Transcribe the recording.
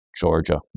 Georgia